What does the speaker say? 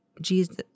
Jesus